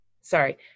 sorry